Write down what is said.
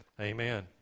Amen